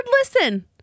listen